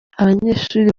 abanyeshuri